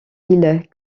ils